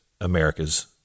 America's